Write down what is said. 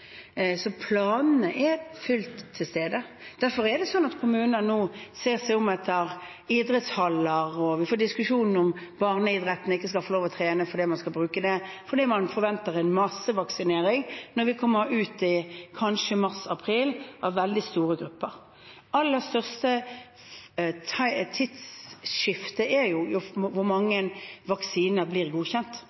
Så planene er fullt til stede. Derfor er det sånn at kommuner nå ser seg om etter idrettshaller, og vi får diskusjonen om barneidretten ikke skal få lov til å trene fordi man skal bruke dem, fordi man forventer en massevaksinering når vi kommer ut i kanskje mars/april, av veldig store grupper. Det aller største tidsskiftet er jo: Hvor mange vaksiner blir godkjent,